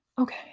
Okay